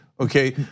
okay